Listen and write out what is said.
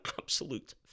absolute